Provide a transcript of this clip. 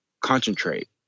concentrate